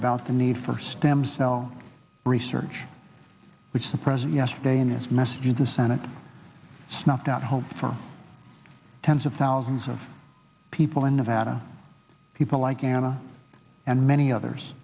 about the need for stem cell research which the president yesterday in his message to the senate snuffed out hope for tens of thousands of people in nevada people like anna and many others